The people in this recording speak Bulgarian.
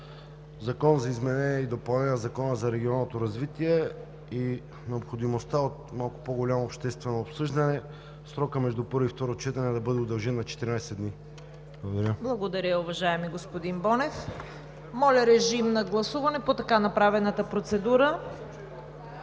за изменение и допълнение на Закона за регионалното развитие и необходимостта от малко по-голямо обществено обсъждане срокът между първо и второ четене да бъде удължен на 14 дни. ПРЕДСЕДАТЕЛ ЦВЕТА КАРАЯНЧЕВА: Благодаря, уважаеми господин Бонев. Моля, режим на гласуване по така направената процедура.